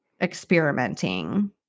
experimenting